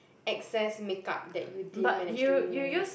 excess makeup that you din manage to remove